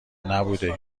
نبوده